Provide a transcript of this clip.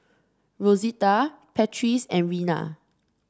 Rosita Patrice and Rena